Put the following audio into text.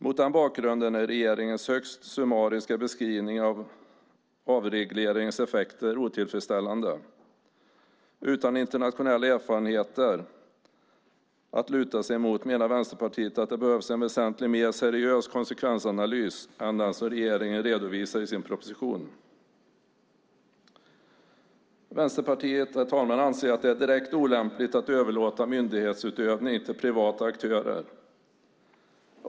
Mot den bakgrunden är regeringens högst summariska beskrivning av avregleringens effekter otillfredsställande. Utan internationella erfarenheter att luta sig mot menar Vänsterpartiet att det behövs en väsentligt mer seriös konsekvensanalys än den som regeringen redovisar i sin proposition. Vänsterpartiet anser att det är direkt olämpligt att överlåta myndighetsutövning till privata aktörer.